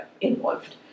involved